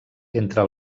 entre